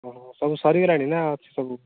ଓ ହ ସବୁ ସରି ଗଲାଣି ନା ଅଛି ସବୁ